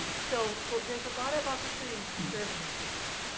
so there's a lot of opportunities to serve in this district.